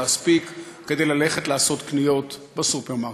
להספיק כדי ללכת לעשות קניות בסופר-מרקט.